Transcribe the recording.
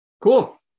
cool